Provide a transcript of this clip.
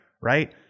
right